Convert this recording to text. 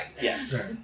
Yes